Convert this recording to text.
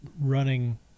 running